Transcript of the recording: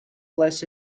less